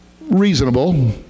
reasonable